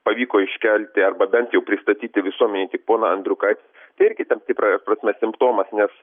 pavyko iškelti arba bent jau pristatyti visuomenei tik poną andriukaitį tai irgi tam tikra prasme simptomas nes